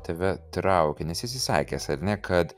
tave traukia nes esi sakęs ar ne kad